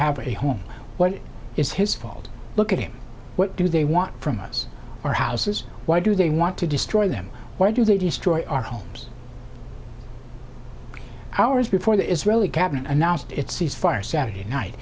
have a home what is his fault look at him what do they want from us our houses why do they want to destroy them why do they destroy our homes hours before the israeli cabinet announced its ceasefire